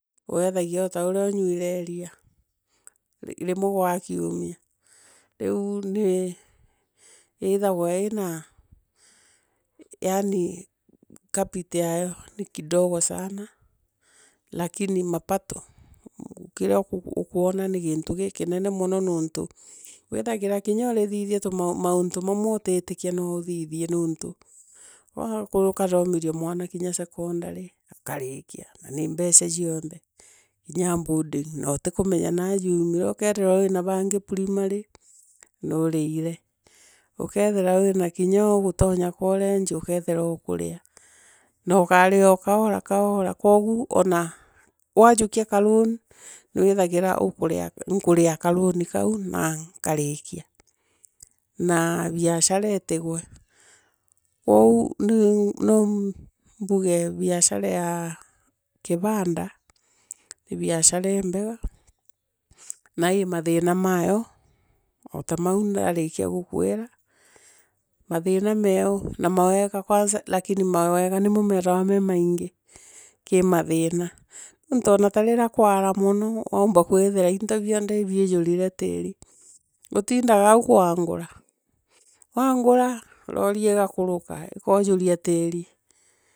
Weethagia ota urea unyuire iria, rimwe gwa kiumua riu nii iithagwa ina yani capital yaayo ni kidogo sana, lakini mapato, kiria ukwona ni gintu gikineno momo nontu withagira ukithithia tumantu mauntu mawe utiikia noothithie nontu ukathoomithia mwana kinya secondary, akarikia, nani mbeca cionthe inya boarding nootikumenya naa aumire na bangi primary noourire, ukethira kinya wina oogutonya college, okethira ukurea, nookarea okaora kaora kwou gukia lean nwithagira ukurea kaloan kau na nkariikiono. Naa biashara itigwe kwoo no mbuge biashara ya kibanda ni biashara imbega, nalimathira mayo, otamau ndarikia guukwira mathina meeo na mawega kwanza lakini mawega nimo meethagwa. Mee maingi kii mathira, nontu ta vira kwara mono woomba kwithira nito bronthe ibiujurite tiiri. Utindaga au kwangura wangura, rori igakuruka, ikoojuria tiri.